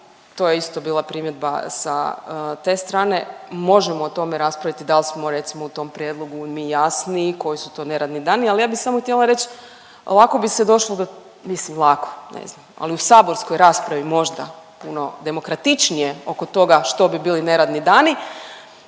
to je isto bila primjedba sa te strane. Možemo o tome raspraviti da li smo recimo u tom prijedlogu mi jasniji koji su to neradni dani, ali ja bih samo htjela reći lako bi se došlo do mislim Vlakom ne znam, ali u saborskoj raspravi možda puno demokratičnije oko toga što bi bili neradni dani.